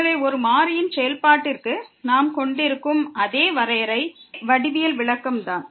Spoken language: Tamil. எனவே ஒரு மாறியின் செயல்பாட்டிற்கு நாம் கொண்டிருக்கும் அதே வரையறை அதே வடிவியல் விளக்கம் தான்